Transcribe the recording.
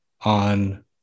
on